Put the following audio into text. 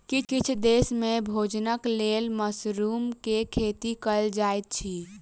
किछ देस में भोजनक लेल मशरुम के खेती कयल जाइत अछि